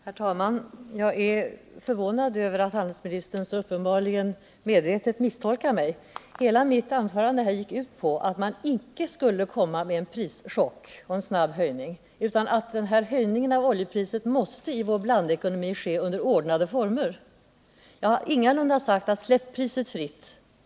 Herr talman! Jag är förvånad över att handelsministern uppenbarligen så medvetet misstolkar mig. Hela mitt anförande här gick ut på att man icke skulle åstadkomma någon prischock eller en snabb höjning. Höjningen av oljepriset måste i vår blandekonomi ske i ordnade former. Jag har ingalunda sagt: Släpp priset fritt!